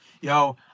yo